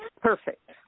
Perfect